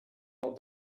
old